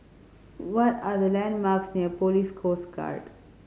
what are the landmarks near Police Coast Guard